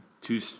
Two